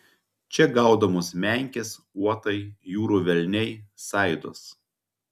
čia gaudomos menkės uotai jūrų velniai saidos